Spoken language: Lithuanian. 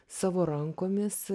savo rankomis